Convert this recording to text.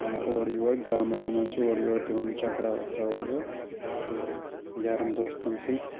اورٕ یورٕ گامَن منٛز اورٕ یورٕ دِوان چَکرا وَکرا اورٕ یورٕ تہٕ یارَن دوستَن سۭتۍ